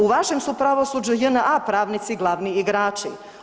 U vašem su pravosuđu JNA pravnici glavni igrači.